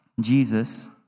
Jesus